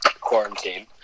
quarantine